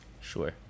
Sure